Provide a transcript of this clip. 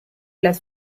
las